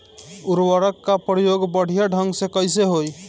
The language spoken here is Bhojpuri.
उर्वरक क प्रयोग बढ़िया ढंग से कईसे होई?